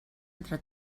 entre